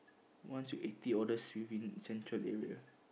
once you eighty orders it will be central area